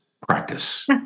practice